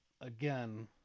again